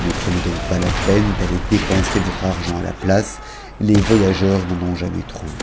ne prenez donc pas la peine d'aller dépenser votre argent place les voyageurs n'en ont jamais trop